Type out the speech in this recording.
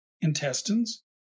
intestines